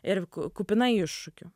ir kupina iššūkių